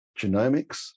genomics